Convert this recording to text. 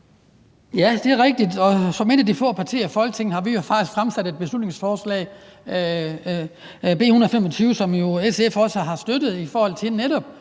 som et af de få partier i Folketinget har vi jo faktisk fremsat et beslutningsforslag, nemlig B 125, som SF også har støttet, i forhold til netop